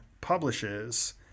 publishes